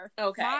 okay